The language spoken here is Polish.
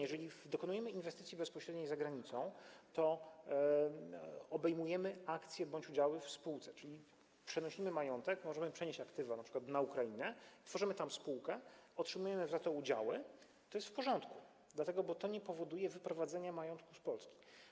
Jeżeli dokonujemy inwestycji bezpośredniej za granicą, obejmujemy akcje bądź udziały w spółce, czyli przenosimy majątek, możemy przenieść aktywa, np. na Ukrainę, tworzymy tam spółkę, otrzymujemy za to udziały, to jest to w porządku, dlatego że to nie powoduje wyprowadzenia majątku z Polski.